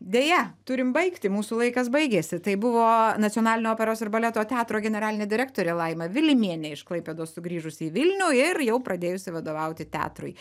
deja turim baigti mūsų laikas baigėsi tai buvo nacionalinio operos ir baleto teatro generalinė direktorė laima vilimienė iš klaipėdos sugrįžusi į vilnių ir jau pradėjusi vadovauti teatrui